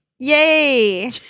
Yay